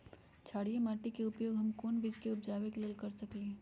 क्षारिये माटी के उपयोग हम कोन बीज के उपजाबे के लेल कर सकली ह?